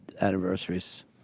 anniversaries